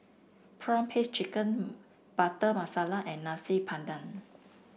prawn paste chicken Butter Masala and Nasi Padang